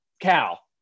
Cal